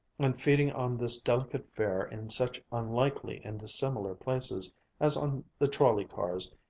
and feeding on this delicate fare in such unlikely and dissimilar places as on the trolley-cars,